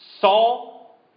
Saul